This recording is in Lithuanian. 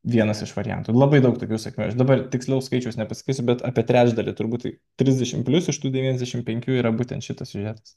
vienas iš variantų labai daug tokių sakmių aš dabar tikslaus skaičiaus nepasakysiu bet apie trečdalį turbūt trisdešimt plius iš tų devyniasdešimt penkių yra būtent šitas siužetas